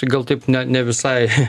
gal taip ne ne visai